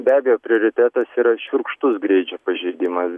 be abejo prioritetas yra šiurkštus greičio pažeidimas